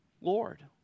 Lord